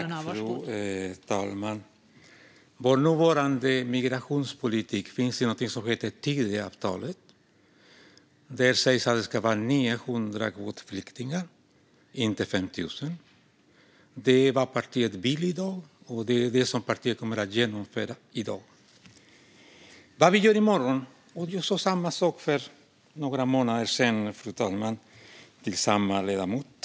Fru talman! Vår nuvarande migrationspolitik finns i någonting som heter Tidöavtalet. Där sägs det att det ska vara 900 kvotflyktingar och inte 5 000. Det är vad partiet vill i dag, och det är vad partiet kommer att genomföra i dag. Sedan handlar det om vad vi gör i morgon. Jag sa samma sak för några månader sedan, fru talman, till samma ledamot.